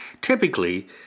typically